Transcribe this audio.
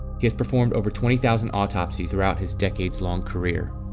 he has performed over twenty thousand autopsies throughout his decades-long career.